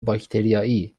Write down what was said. باکتریایی